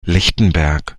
lichtenberg